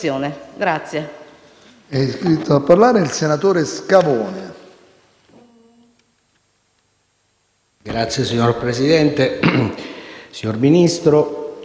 Grazie,